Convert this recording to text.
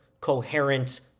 coherent